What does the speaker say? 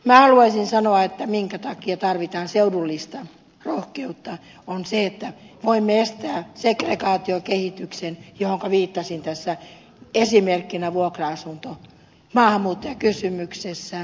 minä haluaisin sanoa että se minkä takia tarvitaan seudullista rohkeutta on se että voimme estää segregaatiokehityksen johonka viittasin tässä esimerkkinä vuokra asunnot maahanmuuttajakysymyksessä puhemies sulki puhujan mikrofonin koska puheaika ylittyi